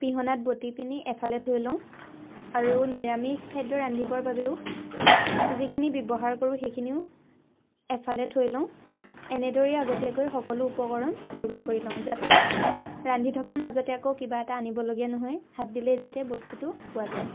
পিহনাত বতিপিনি এফালে থৈ লওঁ আৰু নিৰামিষ খাদ্য় ৰান্ধিবৰ বাবেও যিখিনি ব্য়ৱহাৰ কৰোঁ সেইখিনিও এফালে থৈ লওঁ এনেদৰেই আগতীয়াকৈ সকলো উপকৰণ যোগাৰ কৰি লওঁ যাতে ৰান্ধি থকাৰ মাজতে আকৌ কিবা এটা আনিবলগীয়া নহয় হাত দিলেই যাতে বস্তুটো পোৱা যায়